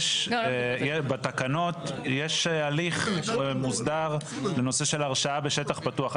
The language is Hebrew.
יש בתקנות יש הליך מוסדר לנושא של הרשאה בשטח פתוח,